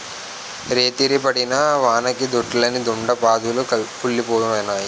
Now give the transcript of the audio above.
రేతిరి పడిన వానకి దొడ్లోని దొండ పాదులు కుల్లిపోనాయి